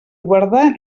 guardar